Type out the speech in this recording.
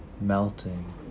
melting